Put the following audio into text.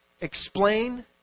explain